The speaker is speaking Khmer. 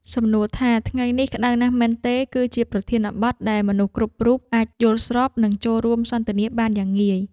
សំណួរថាថ្ងៃនេះក្តៅណាស់មែនទេ គឺជាប្រធានបទដែលមនុស្សគ្រប់រូបអាចយល់ស្របនិងចូលរួមសន្ទនាបានយ៉ាងងាយ។